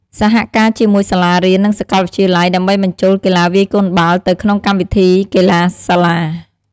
សហការជាមួយ សាលារៀន និងសាកលវិទ្យាល័យ ដើម្បីបញ្ចូលកីឡាវាយកូនបាល់ទៅក្នុងកម្មវិធីកីឡាសាលា។